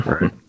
Right